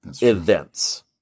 events